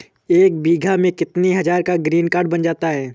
एक बीघा में कितनी हज़ार का ग्रीनकार्ड बन जाता है?